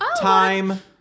Time